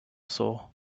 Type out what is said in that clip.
soul